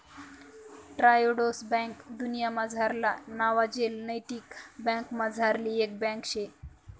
Triodos bank दुन्यामझारल्या नावाजेल नैतिक बँकासमझारली एक बँक शे